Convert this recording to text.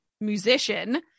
musician